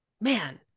man